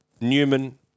Newman